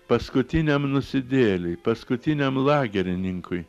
paskutiniam nusidėjėliui paskutiniam lagerininkui